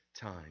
time